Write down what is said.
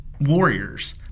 Warriors